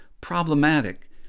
problematic